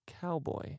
cowboy